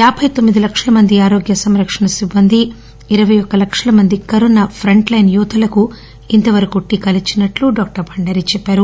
యాబై తొమ్మిది లక్షల మంది ఆరోగ్య సంరక్షణ సిబ్బంది ఇరవయ్యొక్క లక్షలమంది కరోనా ప్రంట్ లైన్ యోధులకు ఇంతవరకు టీకాలు ఇచ్చినట్లు భండారీ చెప్పారు